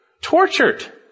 tortured